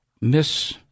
miss